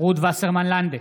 רות וסרמן לנדה,